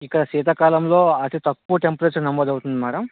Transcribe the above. ఇక శీతాకాలంలో అతి తక్కువ టెంపరేచర్ నమోదవుతుంది మ్యాడమ్